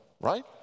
right